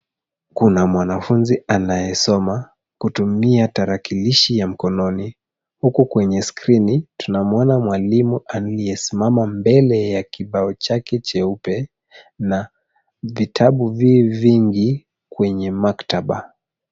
Kuna mwanafunzi anayesoma kutumia tarakilishi ya mkononi, huku kwenye skrini tunamwona mwalimu aliyesimama mbele ya kibao chake cheupe na vitabu vingi kwenye maktaba.